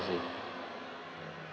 ~sive